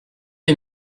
les